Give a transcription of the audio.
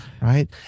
right